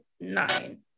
nine